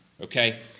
Okay